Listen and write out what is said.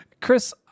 Chris